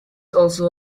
also